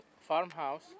farmhouse